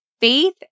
Faith